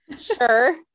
sure